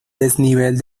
desnivel